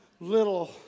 little